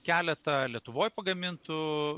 keletą lietuvoj pagamintų